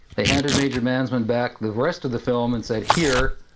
they handed major mandsman back the rest of the film and said here,